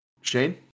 Shane